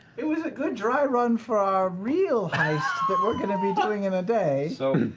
it was a good dry run for our real heist that we're going to be doing in a day. so